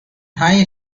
high